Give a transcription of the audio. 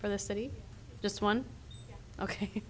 for the city just one ok